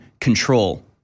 control